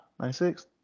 96